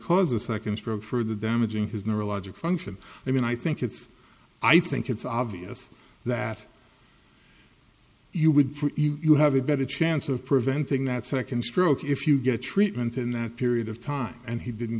cause a second stroke for the damaging his neurologic function i mean i think it's i think it's obvious that you would you have a better chance of preventing that second stroke if you get treatment in that period of time and he didn't